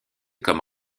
comme